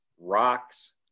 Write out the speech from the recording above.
Rocks